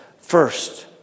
first